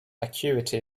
acuity